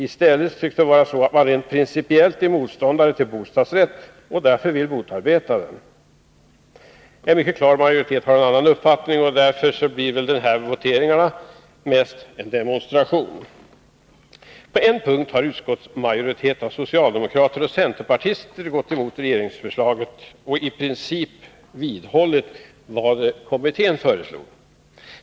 I stället tycks det vara så att man rent principiellt är motståndare till bostadsrätt och därför vill motarbeta den. En mycket klar majoritet har en annan uppfattning, och därför blir väl voteringarna mest en demonstration. På en punkt har en utskottsmajoritet av socialdemokrater och centerpartister gått emot regeringsförslaget och i princip vidhållit vad kommittén föreslog.